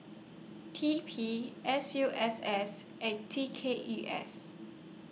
T P S U S S and T K E S